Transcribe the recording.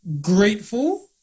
grateful